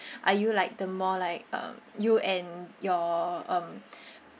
are you like the more like um you and your um